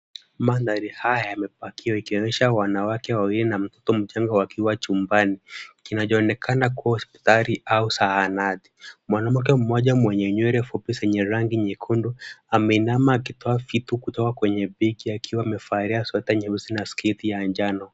Mandhari haya yamepakiwa yakionyesha wanawake wawili na mtoto mchanga wakiwa chumbani kinachoonekana kuwa hospitali au zahanati. Mwanamke mmoja mwenye nywele fupi zenye rangi nyekundu ameinama akitoa vitu kutoka kwenye begi akiwa amevalia sweta nyeusi na sketi ya njano.